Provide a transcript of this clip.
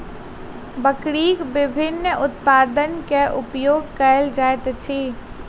बकरीक विभिन्न उत्पाद के उपयोग कयल जाइत अछि